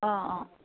অঁ অঁ